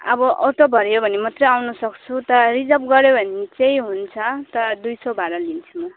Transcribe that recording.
अब अटो भरियो भने मात्रै आउनसक्छु तर रिजर्व गऱ्यो भने चाहिँ हुन्छ तर दुई सौ भाडा लिन्छु म